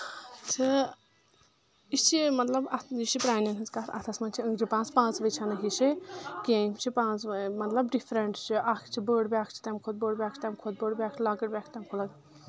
تہٕ یہِ چھِ مطلب اَتھ یہِ چھِ پرانؠن ہٕنٛز کَتھ اَتھَس منٛز چھِ اوٚنٛجہِ پانٛژھ پانٛژوٕے چھنہٕ ہِشے کینٛہہ یِم چھِ پانٛژٕ مطلب ڈِفرَنٛٹ چھِ اَکھ چھِ بٔڑ بیک چھِ تَمہِ کھۄتہٕ بٔڑ بیاکھ چھِ تَمہِ کھۄتہٕ بٔڑ بیاکھ چھِ لۄکٕٹۍ بیاکھ چھِ تَمہِ کھۄتہٕ لۄکٔٹ